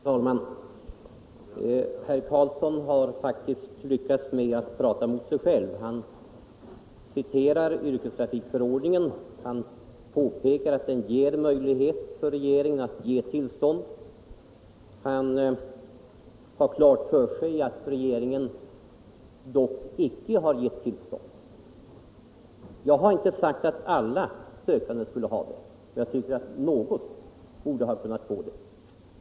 Herr talman! Herr Karlsson i Malung har faktiskt lyckats med att motsäga sig själv. Han citerar yrkestrafikförordningen och påpekar att den ger möjlighet för regeringen att bevilja tillstånd. Han har klart för sig att regeringen dock icke har givit tillstånd. Jag har inte sagt att alla sökande skulle ha fått tillstånd, utan att någon borde ha kunnat få det.